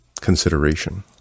consideration